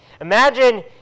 Imagine